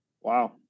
Wow